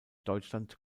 deutschland